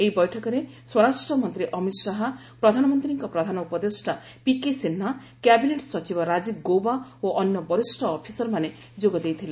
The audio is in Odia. ଏହି ବୈଠକରେ ସ୍ୱରାଷ୍ଟ୍ର ମନ୍ତ୍ରୀ ଅମିତ ଶାହା ପ୍ରଧାନମନ୍ତ୍ରୀଙ୍କ ପ୍ରଧାନ ଉପଦେଷ୍ଟା ପିକେ ସିହ୍ନା କ୍ୟାବିନେଟ୍ ସଚିବ ରାଜୀବ ଗୌବା ଓ ଅନ୍ୟ ବରିଷ୍ଠ ଅଫିସରମାନେ ଯୋଗ ଦେଇଥିଲେ